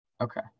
Okay